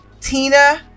Tina